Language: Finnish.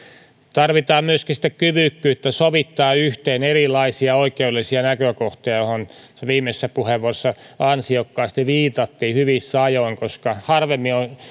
tarvitaan myöskin kyvykkyyttä sovittaa yhteen erilaisia oikeudellisia näkökohtia hyvissä ajoin mihin tässä viimeisessä puheenvuorossa ansiokkaasti viitattiin koska harvemmin on